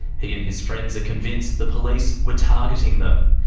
he and his friends are convinced the police were targeting them.